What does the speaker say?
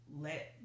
let